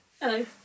Hello